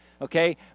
okay